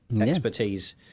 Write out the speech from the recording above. expertise